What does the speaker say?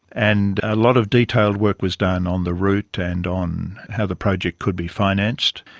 and a lot of detailed work was done on the route and on how the project could be financed.